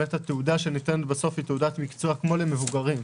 שהתעודה שניתנת בסוף היא תעודת מקצוע כמו למבוגרים.